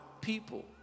people